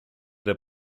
der